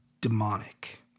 demonic